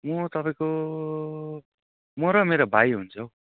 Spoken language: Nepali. म तपाईँको म र मेरो भाइ हुन्छ हौ